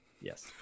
Yes